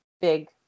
big